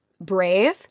brave